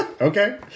Okay